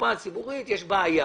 בקופה הציבורית יש בעיה,